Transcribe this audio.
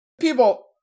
people